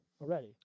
already